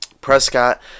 Prescott